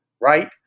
right